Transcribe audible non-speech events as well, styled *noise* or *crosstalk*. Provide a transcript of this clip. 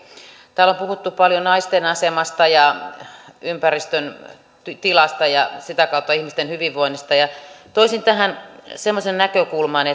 täällä on puhuttu paljon naisten asemasta ja ympäristön tilasta ja sitä kautta ihmisten hyvinvoinnista toisin tähän eläintensuojelun näkökulman *unintelligible*